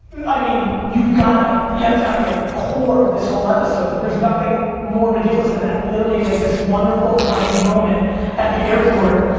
i mean, you've gotta, yeah that's gotta be a core of this whole episode, there's nothing more ridiculous that that. literally, like this wonderful, kind moment at the airport.